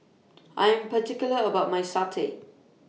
I Am particular about My Satay